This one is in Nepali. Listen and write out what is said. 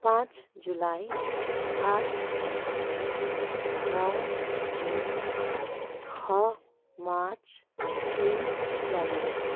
पाँच जुलाई आठ सेप्टेम्बर नौ जुन छ मार्च तिन जनवरी